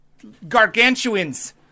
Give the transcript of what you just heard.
gargantuans